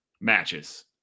matches